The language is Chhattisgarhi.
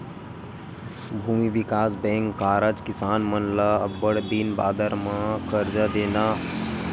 भूमि बिकास बेंक के कारज किसान मन ल अब्बड़ दिन बादर म करजा देना